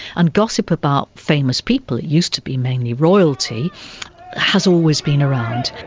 and gossip about famous people it used to be mainly royalty has always been around.